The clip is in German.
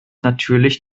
natürlich